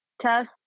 test